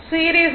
series R